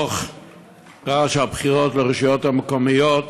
רעש הבחירות לרשויות המקומיות